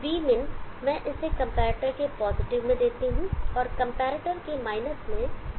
vmin मैं इसे comparator के पॉजिटिव के साथ देता हूँ और कंपैरेटर के माइनस को मैं vB देता हूँ